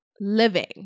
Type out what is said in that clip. living